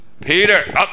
Peter